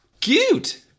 Cute